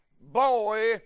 boy